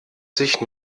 sich